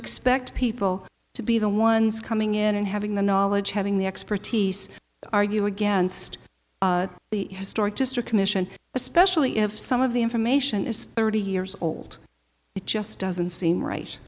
expect people to be the ones coming in and having the knowledge having the expertise argue against the historic district commission especially if some of the information is thirty years old it just doesn't seem right